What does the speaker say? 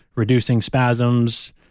reducing spasms,